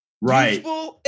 right